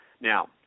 Now